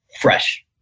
fresh